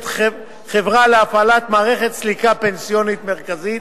חברה להפעלת מערכת סליקה פנסיונית מרכזית